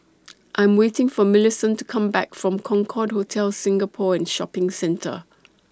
I Am waiting For Millicent to Come Back from Concorde Hotel Singapore and Shopping Centre